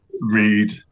read